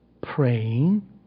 praying